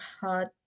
hard